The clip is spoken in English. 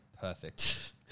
perfect